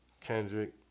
Kendrick